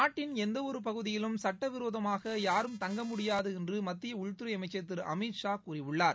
நாட்டின் எந்தவொரு பகுதியிலும் சுட்டவிரோதமாக யாரும் தங்க முடியாது என்று மத்திய உள்துறை அமைச்சர் திரு அமித்ஷா கூறியுள்ளார்